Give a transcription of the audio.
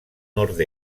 nord